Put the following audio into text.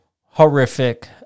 horrific